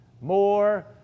more